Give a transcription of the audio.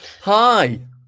Hi